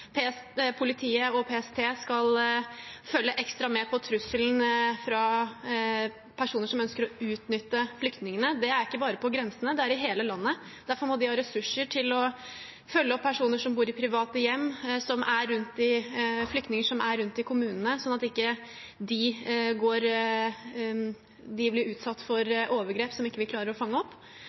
Politiet og PST skal følge ekstra med på trusselen fra personer som ønsker å utnytte flyktningene. Det er ikke bare på grensene, det er i hele landet. Derfor må de ha ressurser til å følge opp personer som bor i private hjem, flyktninger som er rundt i kommunene, sånn at de ikke blir utsatt for overgrep som vi ikke klarer å fange